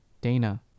Dana